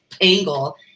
angle